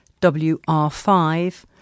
WR5